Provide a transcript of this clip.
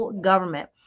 government